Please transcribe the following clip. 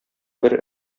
бер